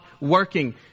working